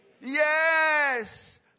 Yes